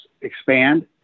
expand